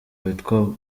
witwa